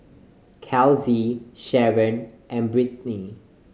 Kelsey Sheron and Britany